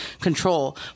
control